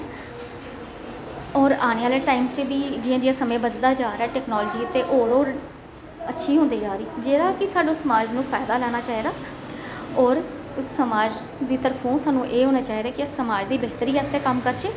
होर आने आहले टाइम च बी जियां जियां समां बधदा जा'रदा टैक्नोलाजी ते होर होर अच्छी होंदी जा दी जेह्ड़ा कि सानूं समाज नू फायदा लैना चाहिदा होर उस समाज दी तरफो सानूं एह् होना चाहिदा कि अस समाज दी बेहतरी आस्तै कम्म करचै